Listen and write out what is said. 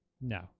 No